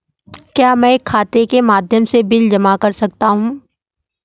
क्या मैं खाता के माध्यम से बिल जमा कर सकता हूँ?